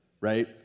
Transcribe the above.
right